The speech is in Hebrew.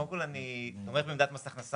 קודם כל, אני תומך בעמדת מס הכנסה.